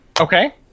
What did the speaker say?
Okay